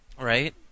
Right